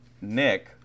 Nick